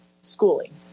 schooling